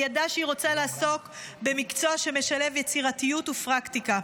היא ידעה שהיא רוצה לעסוק במקצוע שמשלב יצירתיות ופרקטיקה,